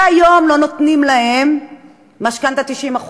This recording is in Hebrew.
הרי היום לא נותנים להם משכנתה 90%,